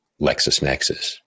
LexisNexis